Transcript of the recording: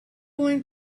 going